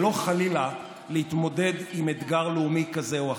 ולא חלילה להתמודד עם אתגר לאומי כזה או אחר.